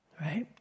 right